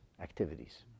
activities